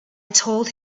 told